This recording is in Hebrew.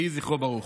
יהי זכרו ברוך.